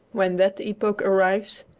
when that epoch arrives,